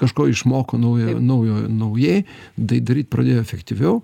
kažko išmoko naujo naujo naujai tai daryt pradėjo efektyviau